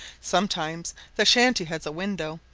sometimes the shanty has a window,